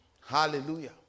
Hallelujah